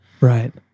Right